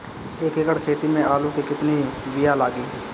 एक एकड़ खेती में आलू के कितनी विया लागी?